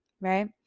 Right